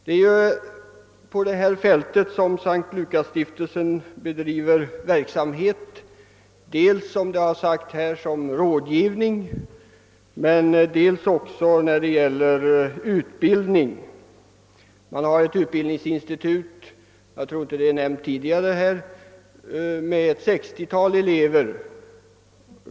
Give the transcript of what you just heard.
Det är på detta fält S:t Lukasstiftelsen bedriver sin verksamhet, dels — som 'här har nämnts — i form av' rådgivning, dels också i form av utbildning. Man har ett utbildningsinstitut — jag tror inte att:det har nämnts tidigare — med ett sextiotal elever.